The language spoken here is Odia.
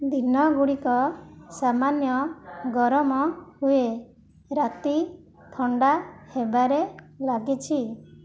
ଦିନଗୁଡ଼ିକ ସାମାନ୍ୟ ଗରମ ହୁଏ ରାତି ଥଣ୍ଡା ହେବାରେ ଲାଗିଛି